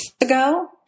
ago